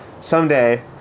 someday